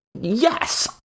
yes